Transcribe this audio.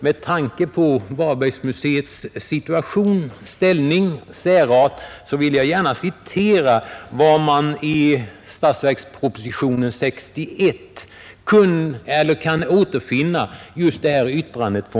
Med tanke på Varbergsmuseets situation, ställning och särart vill jag här återge vad som sades i det yttrandet.